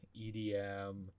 EDM